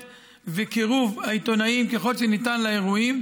וקירוב העיתונאים ככל שניתן לאירועים,